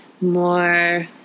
more